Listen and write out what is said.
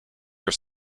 your